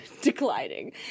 declining